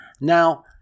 Now